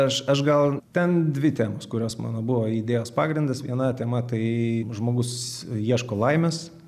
aš aš gal ten dvi temos kurios mano buvo idėjos pagrindas viena tema tai žmogus ieško laimės